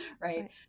right